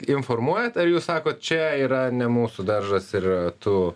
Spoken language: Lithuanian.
informuojat ar jūs sakot čia yra ne mūsų daržas ir tu